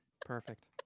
Perfect